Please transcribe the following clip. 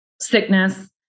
sickness